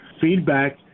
feedback